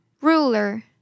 Ruler